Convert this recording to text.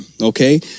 okay